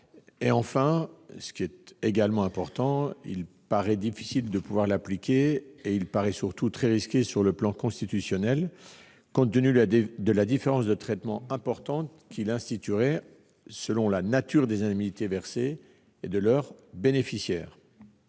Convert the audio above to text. dispositif serait difficile à appliquer et paraît risqué sur le plan constitutionnel, compte tenu de la différence de traitement importante qu'il instituerait selon la nature des indemnités versées et leur bénéficiaire.